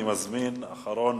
אני מזמין את אחרון